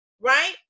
right